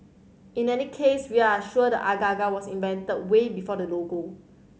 in any case we are sure the agar agar was invented way before the logo